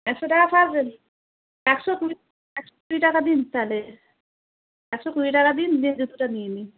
একশো টাকা পারবেন একশো কুড়ি একশো কুড়ি টাকা দিন তাহলে একশো কুড়ি টাকা দিন দিন জুতোটা নিয়ে নি